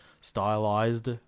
stylized